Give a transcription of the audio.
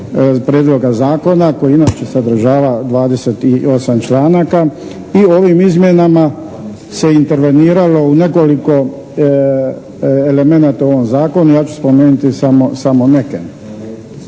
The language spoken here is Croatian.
Prijedloga zakona koji inače sadržava 28 članaka i ovim izmjenama se interveniralo u nekoliko elemenata u ovom Zakonu, ja ću spomenuti samo neke.